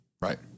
Right